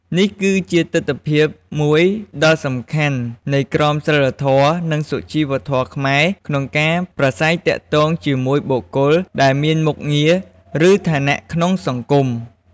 នេះគឺជាទិដ្ឋភាពមួយដ៏សំខាន់នៃក្រមសីលធម៌ និងសុជីវធម៌ខ្មែរក្នុងការប្រាស្រ័យទាក់ទងជាមួយបុគ្គលដែលមានមុខងារ ឬឋានៈក្នុងសង្គម។